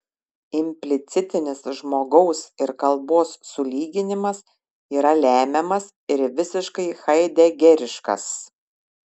implicitinis žmogaus ir kalbos sulyginimas yra lemiamas ir visiškai haidegeriškas